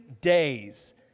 days